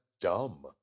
dumb